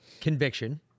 conviction